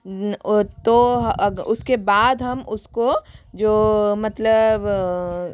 वो तो अब उसके बाद हम उसको जो मतलब